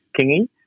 kingy